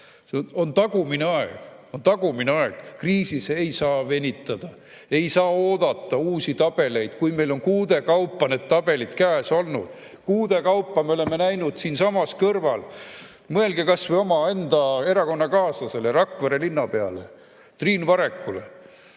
on tagumine aeg. On tagumine aeg! Kriisis ei saa venitada, ei saa oodata uusi tabeleid, kui meil on kuude kaupa need tabelid käes olnud. Kuude kaupa me oleme näinud siinsamas kõrval. Mõelge kas või omaenda erakonnakaaslasele, Rakvere linnapeale Triin Varekule.